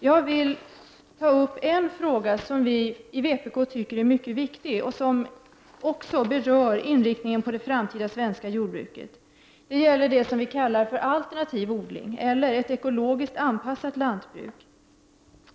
Jag vill ta upp en fråga som vi i vpk tycker är mycket viktig och som också berör inriktningen på det framtida svenska jordbruket. Det gäller det som vi kallar alternativ odling eller ett ekologiskt anpassat lantbruk.